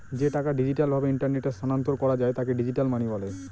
যে টাকা ডিজিটাল ভাবে ইন্টারনেটে স্থানান্তর করা যায় তাকে ডিজিটাল মানি বলে